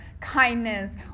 kindness